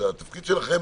התפקיד שלכם